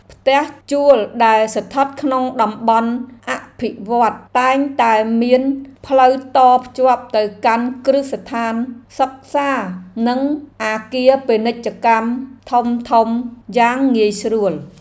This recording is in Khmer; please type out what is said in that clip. ផ្ទះជួលដែលស្ថិតក្នុងតំបន់អភិវឌ្ឍន៍តែងតែមានផ្លូវតភ្ជាប់ទៅកាន់គ្រឹះស្ថានសិក្សានិងអគារពាណិជ្ជកម្មធំៗយ៉ាងងាយស្រួល។